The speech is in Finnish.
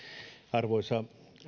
arvoisa